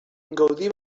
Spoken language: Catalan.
gaudí